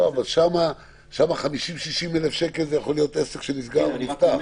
אבל שם 50,000 60,000 שקל יכולים להיות ההבדל בין עסק שנסגר או נפתח.